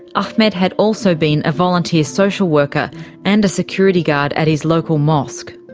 ahmed had also been a volunteer social worker and a security guard at his local mosque.